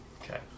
Okay